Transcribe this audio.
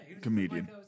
comedian